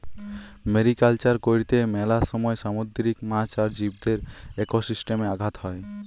mariculture করত্যে মেলা সময় সামুদ্রিক মাছ আর জীবদের একোসিস্টেমে আঘাত হ্যয়